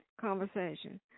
conversation